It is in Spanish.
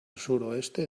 suroeste